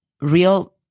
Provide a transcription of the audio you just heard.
real